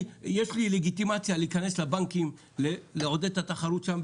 יש לי לגיטימציה להיכנס לבנקים לעודד את התחרות שם,